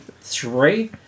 Three